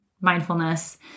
mindfulness